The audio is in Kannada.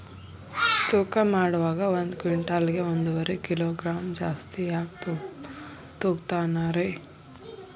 ತೂಕಮಾಡುವಾಗ ಒಂದು ಕ್ವಿಂಟಾಲ್ ಗೆ ಒಂದುವರಿ ಕಿಲೋಗ್ರಾಂ ಜಾಸ್ತಿ ಯಾಕ ತೂಗ್ತಾನ ರೇ?